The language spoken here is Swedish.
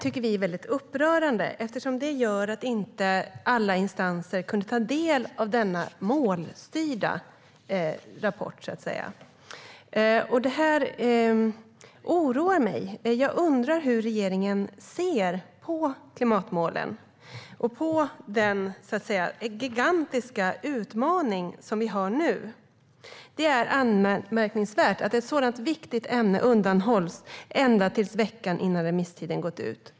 Det är upprörande eftersom alla remissinstanser då inte har kunnat ta del av denna rapport som var målstyrd. Detta oroar mig, och jag undrar hur regeringen ser på klimatmålen och på den gigantiska utmaning som vi står inför. Det är anmärkningsvärt att ett sådant viktigt ämne undanhålls ända till veckan före remisstidens utgång.